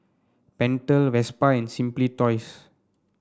Pentel Vespa and Simply Toys